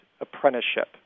apprenticeship